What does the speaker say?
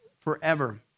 forever